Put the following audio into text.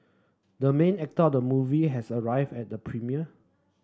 the main actor of the movie has arrived at the premiere